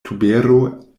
tubero